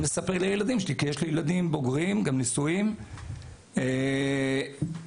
לספר לי כי יש לי ילדים בוגרים וגם נשואים מגיע ג'יפ